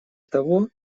того